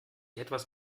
etwas